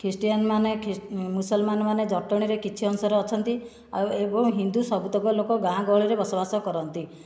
ଖ୍ରୀଷ୍ଟିୟାନମାନେ ମୁସଲମାନମାନେ ଜଟଣୀରେ କିଛି ଅଂଶରେ ଅଛନ୍ତି ଆଉ ଏବଂ ହିନ୍ଦୁ ସବୁତକ ଲୋକ ଗାଁ ଗହଳିରେ ବସବାସ କରନ୍ତି